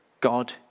God